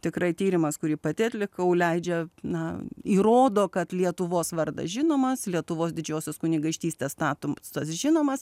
tikrai tyrimas kurį pati atlikau leidžia na įrodo kad lietuvos vardas žinomas lietuvos didžiosios kunigaikštystės statomas žinomas